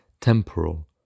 Temporal